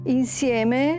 insieme